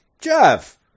jeff